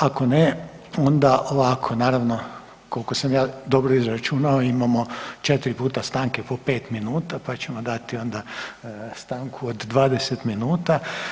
Ako ne onda ovako, naravno kolko sam ja dobro izračunao imamo 4 puta stanke po 5 minuta, pa ćemo dati onda stanku od 20 minuta.